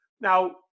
Now-